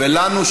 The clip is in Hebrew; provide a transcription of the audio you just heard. ולנו,